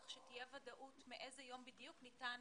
כך שתהיה ודאות מאיזה יום בדיוק ניתן.